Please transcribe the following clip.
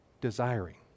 desiring